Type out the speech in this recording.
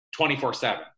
24-7